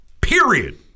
period